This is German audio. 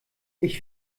ich